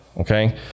okay